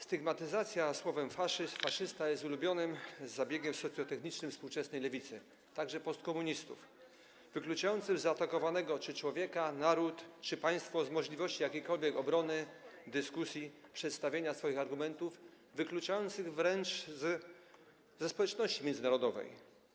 Stygmatyzacja słowami „faszyzm”, „faszysta” jest ulubionym zabiegiem socjotechnicznym współczesnej lewicy, także postkomunistów, wykluczającym zaatakowanego człowieka czy naród, czy państwo z możliwości jakiejkolwiek obrony w dyskusji, przedstawienia swoich argumentów, wykluczającym wręcz ze społeczności międzynarodowej.